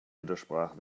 widersprach